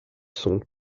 son